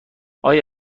آیا